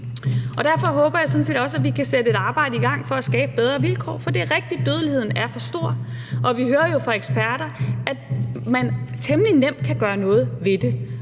Derfor håber jeg også, at vi kan sætte et arbejde i gang for at skabe bedre vilkår, for det er rigtigt, at dødeligheden er for stor, og vi hører jo fra eksperter, at man temmelig nemt kan gøre noget ved det.